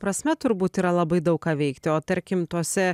prasme turbūt yra labai daug ką veikti o tarkim tuose